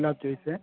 ગુલાબ જોઈએ સે